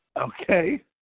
Okay